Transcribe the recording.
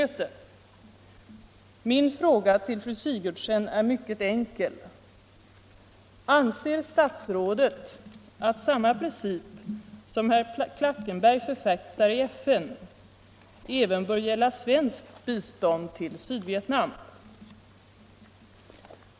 Min fråga till fru Sigurdsen är mycket enkel: Anser statsrådet att samma princip som herr Klackenberg förfäktar i FN även bör gälla svenskt bistånd till Sydvietnam?